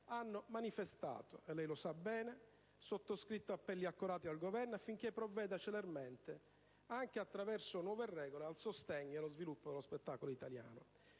hanno manifestato - lei lo sa bene - e sottoscritto appelli accorati al Governo affinché provveda celermente, anche attraverso nuove regole, al sostegno e allo sviluppo dello spettacolo italiano.